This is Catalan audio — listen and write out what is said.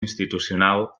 institucional